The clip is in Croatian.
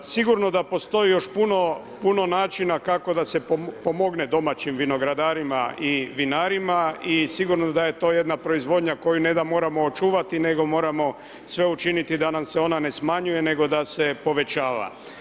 Sigurno da postoj još puno, puno načina kako da se pomogne domaćim vinogradarima i vinarima i sigurno da je to jedna proizvodnja koju ne da moramo očuvati nego moramo sve učiniti da nam se ona ne smanjuje nego da se povećava.